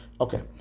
Okay